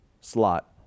slot